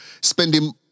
spending